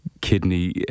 kidney